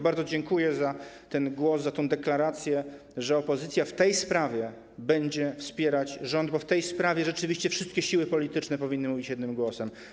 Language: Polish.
Bardzo dziękuję za ten głos, za deklarację, że opozycja w tej sprawie będzie wspierać rząd, bo w tej sprawie rzeczywiście wszystkie siły polityczne powinny mówić jednym głosem.